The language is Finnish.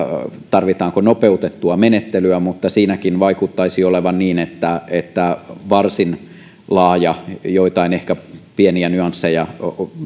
tarvitaanko nopeutettua menettelyä mutta siinäkin vaikuttaisi olevan niin että että varsin laaja ymmärrys ehkä joistain pienistä nyansseista